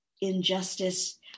Injustice